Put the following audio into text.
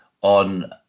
on